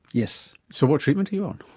yes. so what treatment are you on?